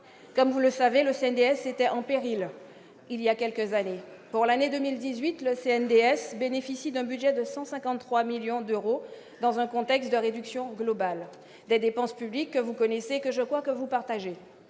Comme vous le savez, le CNDS était en péril il y a quelques années. Pour l'année 2018, il bénéficie d'un budget de 153 millions d'euros, à replacer dans le contexte d'une réduction globale des dépenses publiques que vous connaissez- je crois d'ailleurs que vous partagez